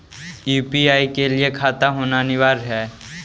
UPI के लिए खाता होना अनिवार्य है?